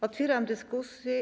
Otwieram dyskusję.